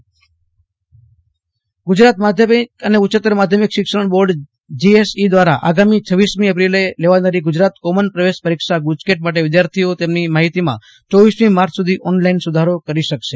આશૂતોષ અંતાણી ગુજકેટ ગુજરાત માધ્યમિક અને ઉચ્ચત્તર માધ્યમિક શિક્ષણ બોર્ડ જીએસઈસી દ્વારા આગામી છવ્વીસમી એપ્રિલે લેવાનારી ગુજરાત કોમન પ્રવેશ પરીક્ષા ગુજકેટ માટે વિદ્યાર્થીઓ તેમની માહિતીમાં ચોવીસમી માર્ચ સુધી ઓનલાઈન સુધારો કરી શકશે